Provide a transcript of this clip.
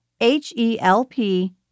H-E-L-P